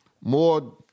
more